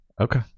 Okay